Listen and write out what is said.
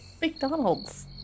McDonald's